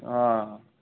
অ